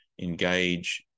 engage